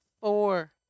four